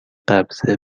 قبض